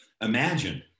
imagine